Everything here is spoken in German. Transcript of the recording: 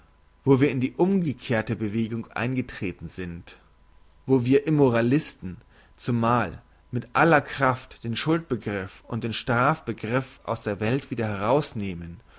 wo wir in die umgekehrte bewegung eingetreten sind wo wir immoralisten zumal mit aller kraft den schuldbegriff und den strafbegriff aus der welt wieder herauszunehmen